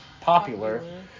popular